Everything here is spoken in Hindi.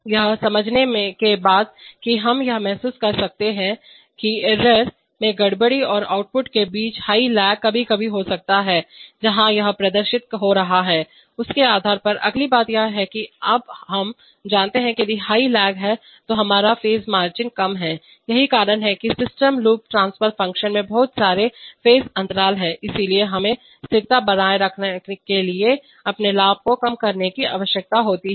तो यह समझने के बाद कि हम यह महसूस कर सकते हैं कि एरर में गड़बड़ीडिस्टरबेंस और आउटपुट के बीच हाई लेग कभी कभी हो सकता है जहां यह प्रदर्शित हो रहा है उसके आधार पर अगली बात यह है कि अब हम जानते हैं कि यदि हाई लेगउच्च अंतराल है तो हमारा फेज मार्जिन कम है यही कारण है कि सिस्टम लूप ट्रांसफर फ़ंक्शन में बहुत सारे फेज अंतराल हैं इसलिए हमें स्थिरता बनाए रखने के लिए अपने लाभ को कम रखने की आवश्यकता होती है